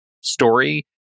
story